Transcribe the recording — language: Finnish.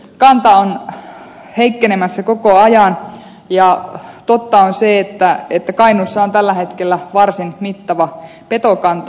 kanta on heikkenemässä koko ajan ja totta on se että kainuussa on tällä hetkellä varsin mittava petokanta